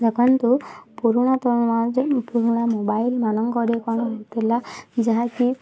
ଦେଖନ୍ତୁ ପୁରୁଣା ପୁରୁଣା ପୁରୁଣା ମୋବାଇଲ୍ ମାନଙ୍କରେ କ'ଣ ହେଉଥିଲା ଯାହାକି